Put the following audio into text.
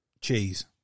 Cheese